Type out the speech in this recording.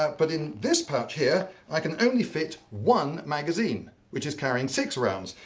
ah but in this pouch here, i can only fit one magazine, which is carrying six rounds.